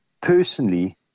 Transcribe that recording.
personally